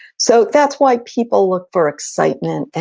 so that's why people look for excitement,